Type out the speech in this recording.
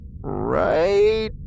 right